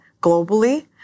globally